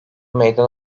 meydan